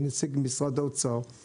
שדמי, יש משהו לגבי אילת שצריך